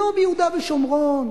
לא ביהודה ושומרון,